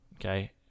okay